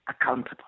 accountable